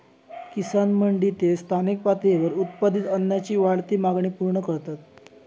किसान मंडी ते स्थानिक पातळीवर उत्पादित अन्नाची वाढती मागणी पूर्ण करतत